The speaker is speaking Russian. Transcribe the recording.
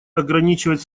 ограничивать